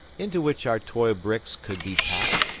into which our toy bricks could be packed,